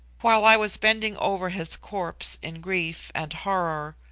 while i was bending over his corpse in grief and horror,